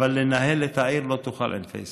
אבל לנהל את העיר לא תוכל עם פייסבוק.